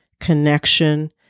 connection